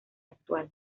actual